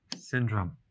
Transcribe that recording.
syndrome